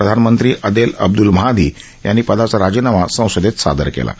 प्रधानमंत्री Adel Abdul Mahdi यांनी पदाचा राजीनामा संसदेत सादर केला आहे